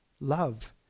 Love